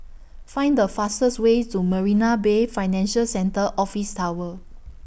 Find The fastest Way to Marina Bay Financial Centre Office Tower